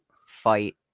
fight